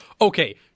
Okay